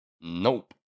nope